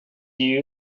you